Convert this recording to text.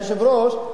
היושב-ראש,